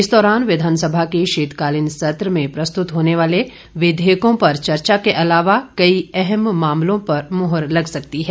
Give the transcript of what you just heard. इस दौरान विधानसभा के शीतकालीन सत्र में प्रस्तुत होने वाले विधेयकों पर चर्चा के अलावा कई अहम मामलों पर मुहर लग सकती है